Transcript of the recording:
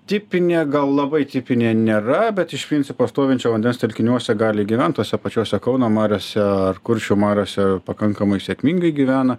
tipinė gal labai tipinė nėra bet iš principo stovinčio vandens telkiniuose gali gyvent tose pačiose kauno mariose ar kuršių mariose pakankamai sėkmingai gyvena